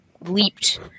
leaped